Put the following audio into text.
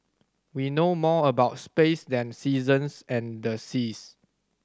we know more about space than seasons and the seas